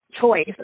choice